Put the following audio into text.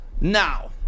Now